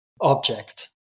object